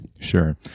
Sure